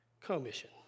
commission